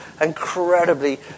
Incredibly